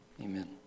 amen